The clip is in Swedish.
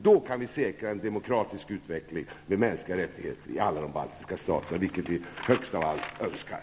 Då kan vi säkra en demokratisk utveckling med mänskliga rättigheter i alla de baltiska staterna, vilket vi högst av allt önskar.